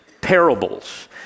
parables